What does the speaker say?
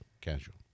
casual